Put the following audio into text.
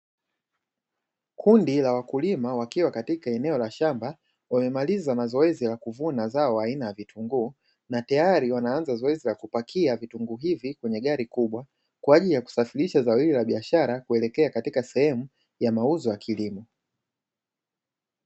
Kundi la wakulima wakiwa eneo la shamba, wamemaliza zoezi la kuvuna zao aina ya vitunguu na tayari wanaanza zoezi la kupakia vitunguu hivi kwenye gari kubwa kwa ajili ya kusafirisha zao hili la biashara kwenda katika sehemu ya mauzo ya kilomo.